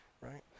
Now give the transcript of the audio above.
right